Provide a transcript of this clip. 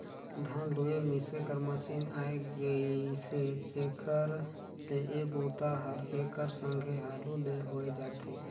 धान लूए मिसे कर मसीन आए गेइसे जेखर ले ए बूता हर एकर संघे हालू ले होए जाथे